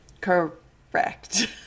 Correct